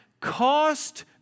cost